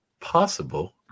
possible